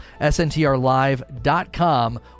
SNTRlive.com